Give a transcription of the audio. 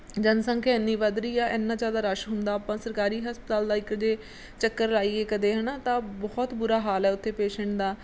ਜਨਸੰਖਿਆ ਇੰਨੀ ਵੱਧ ਰਹੀ ਆ ਇੰਨਾ ਜ਼ਿਆਦਾ ਰਸ਼ ਹੁੰਦਾ ਆਪਾਂ ਸਰਕਾਰੀ ਹਸਪਤਾਲ ਦਾ ਇੱਕ ਜੇ ਚੱਕਰ ਲਾਈਏ ਕਦੇ ਹੈ ਨਾ ਤਾਂ ਬਹੁਤ ਬੁਰਾ ਹਾਲ ਹੈ ਉੱਥੇ ਪੇਸ਼ੈਂਟ ਦਾ